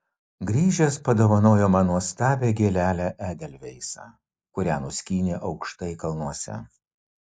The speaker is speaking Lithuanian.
grįžęs padovanojo man nuostabią gėlelę edelveisą kurią nuskynė aukštai kalnuose